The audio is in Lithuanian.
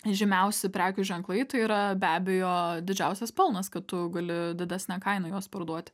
žymiausi prekių ženklai tai yra be abejo didžiausias pelnas kad tu gali didesne kaina juos parduoti